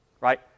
Right